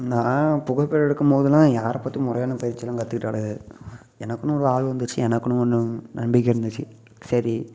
நான் புகைப்படம் எடுக்கும்போது எல்லாம் யாரைபாத்து முறையான பயிற்சி எல்லாம் கற்றுட்டது கிடையாது எனக்குன்னு ஒரு ஆர்வம் வந்திச்சு எனக்குன்னு ஒன்று நம்பிக்கை இருந்துச்சி சரி